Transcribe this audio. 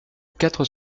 quatre